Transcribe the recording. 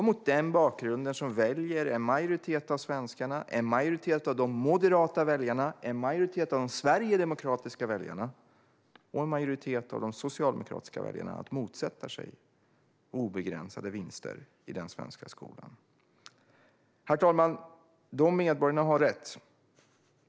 Mot denna bakgrund väljer en majoritet av svenskarna, en majoritet av de moderata väljarna, en majoritet av de sverigedemokratiska väljarna och en majoritet av de socialdemokratiska väljarna att motsätta sig obegränsade vinster i den svenska skolan. Herr talman! Dessa medborgare har rätt.